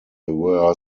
were